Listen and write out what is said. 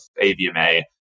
AVMA